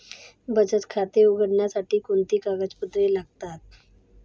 बचत खाते उघडण्यासाठी कोणती कागदपत्रे लागतात?